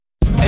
Hey